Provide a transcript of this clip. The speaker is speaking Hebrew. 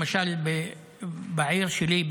למשל בעיר שלי,